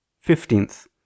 Fifteenth